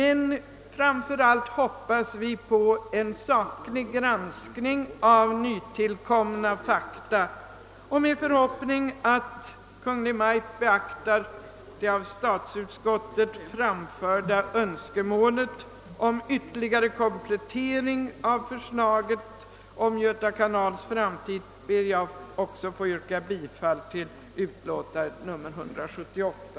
Vi hoppas nu på en saklig granskning av nytillkomna fakta, och i förhoppning att Kungl. Maj:t beaktar de av statsutskottet framförda önskemålen om ytterligare komplettering av förslaget om Göta kanals framtid ber också jag att få yrka bifall till utskottets "hemställan i utlåtandet nr 178.